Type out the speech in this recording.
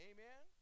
Amen